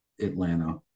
atlanta